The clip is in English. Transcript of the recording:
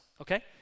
okay